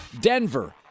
Denver